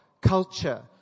culture